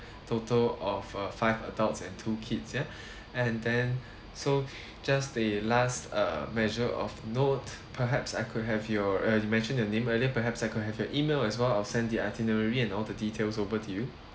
total of uh five adults and two kids ya and then so just the last uh measure of note perhaps I could have your as you mentioned your name earlier perhaps I could have your email as well I'll send the itinerary and all the details over to you